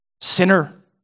Sinner